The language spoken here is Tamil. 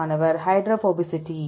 மாணவர் ஹைட்ரோபோபசிட்டி